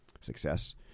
success